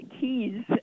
keys